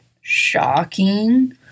shocking